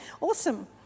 Awesome